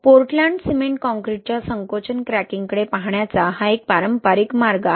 Portland cement काँक्रीटच्या संकोचन क्रॅकिंगकडे पाहण्याचा हा एक पारंपारिक मार्ग आहे